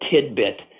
tidbit